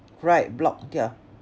right blocked ya